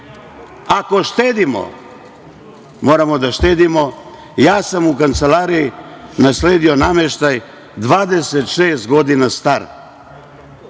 itd. Ako štedimo, moramo da štedimo. Ja sam u kancelariji nasledio nameštaj star 26 godina.